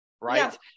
right